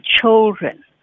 children